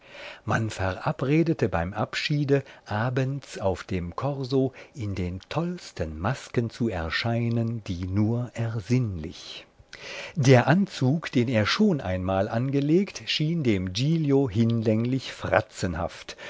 man verabredete beim abschiede abends auf dem korso in den tollsten masken zu erscheinen die nur ersinnlich der anzug den er schon einmal angelegt schien dem giglio hinlänglich fratzenhaft